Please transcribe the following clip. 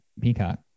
Peacock